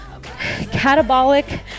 catabolic